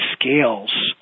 scales